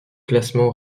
classements